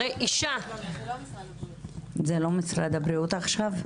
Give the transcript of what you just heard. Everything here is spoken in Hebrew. זה לא משרד הבריאות עכשיו?